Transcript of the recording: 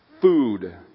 food